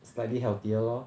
slightly healthier lor